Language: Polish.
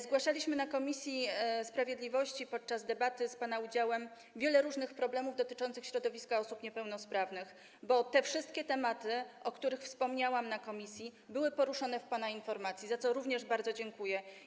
Zgłaszaliśmy w Komisji Sprawiedliwości podczas debaty z pana udziałem wiele różnych problemów dotyczących środowiska osób niepełnosprawnych, bo te wszystkie sprawy, o których wspomniałam w komisji, były poruszone w pana informacji, za co również bardzo dziękuję.